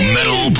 Metal